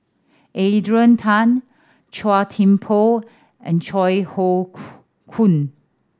Adrian Tan Chua Thian Poh and Yeo Hoe Koon